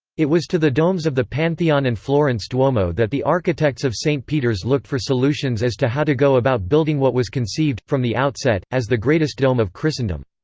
it was to the domes of the pantheon and florence duomo that the architects of st. peter's looked for solutions as to how to go about building what was conceived, from the outset, as the greatest dome of christendom.